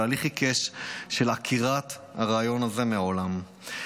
תהליך עיקש של עקירת הרעיון הזה מהעולם.